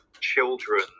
children